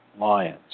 lions